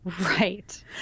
right